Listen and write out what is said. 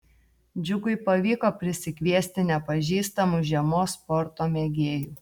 džiugui pavyko prisikviesti nepažįstamų žiemos sporto mėgėjų